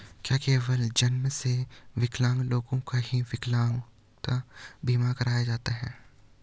क्या केवल जन्म से विकलांग लोगों का ही विकलांगता बीमा कराया जाता है?